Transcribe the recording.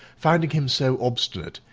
finding him so obstinate,